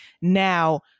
Now